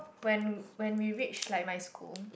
when when we reached like my school